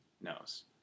knows